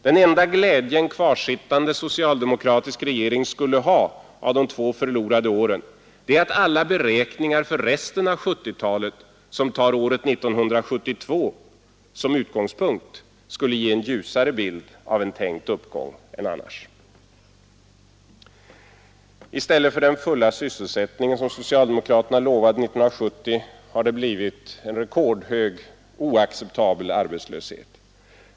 Den enda glädje en kvarsittande socialdemokratisk regering skulle ha av de två förlorade åren är att alla beräkningar för resten av 1970-talet, som tar året 1972 som utgångspunkt, skulle ge en ljusare bild av en tänkt uppgång än andra jämförelser. I stället för den fulla syss ättningen, som socialdemokraterna lovade 1970, har det blivit en rekordhög oacceptabel arbetslöshet.